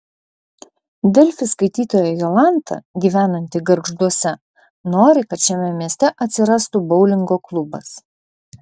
delfi skaitytoja jolanta gyvenanti gargžduose nori kad šiame mieste atsirastų boulingo klubas